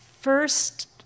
first